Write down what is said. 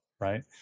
right